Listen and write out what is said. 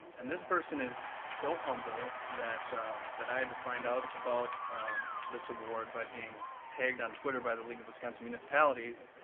and this person is so humble that that i had to find out about this award by being tagged on twitter by the league of wisconsin municipalities.